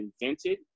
invented